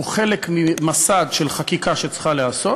הוא חלק ממסד של חקיקה שצריכה להיעשות,